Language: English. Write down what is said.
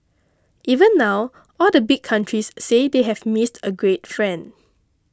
even now all the big countries say they have missed a great friend